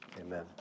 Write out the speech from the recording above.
amen